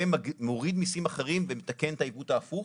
מוריד מיסים אחרים ומתקן את העיוות ההפוך,